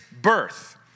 birth